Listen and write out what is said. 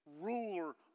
ruler